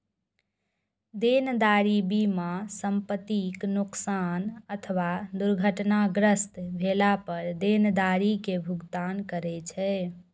देनदारी बीमा संपतिक नोकसान अथवा दुर्घटनाग्रस्त भेला पर देनदारी के भुगतान करै छै